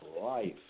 life